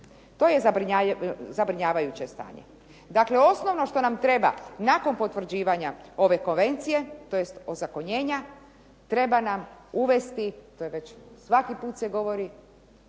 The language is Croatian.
To je zabrinjavajuće stanje. Dakle, osnovno što nam treba nakon potvrđivanja ove konvencije tj. ozakonjenja treba nam uvesti, to se već svaki put govori,